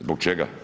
Zbog čega?